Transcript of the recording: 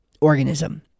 organism